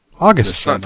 august